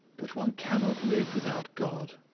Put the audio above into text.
but one cannot live without god